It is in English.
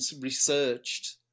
researched